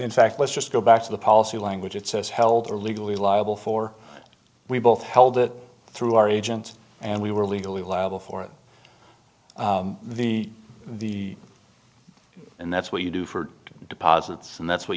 in fact let's just go back to the policy language it says held are legally liable for we both held it through our agent and we were legally liable for the the and that's what you do for deposits and that's what